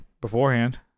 beforehand